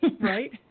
right